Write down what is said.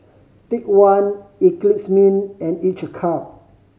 Take One Eclipse Mint and Each cup